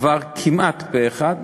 עבר כמעט פה-אחד,